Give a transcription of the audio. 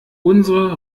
unsere